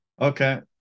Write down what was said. Okay